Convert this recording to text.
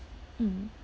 mm